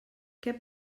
què